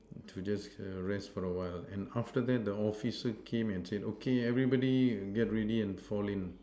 to just rest for a while and after that the officer came and said okay everybody get ready and fall in